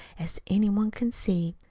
as any one can see.